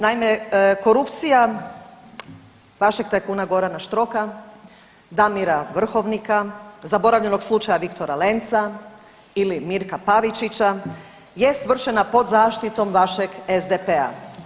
Naime, korupcija vašeg tajkuna Gorana Štroka, Damira Vrhovnika, zaboravljenog slučaja Viktora Lenca ili Mirka Pavičića jest vršena pod zaštitom vašeg SDP-a.